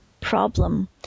problem